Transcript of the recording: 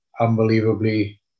unbelievably